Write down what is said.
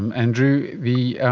and andrew the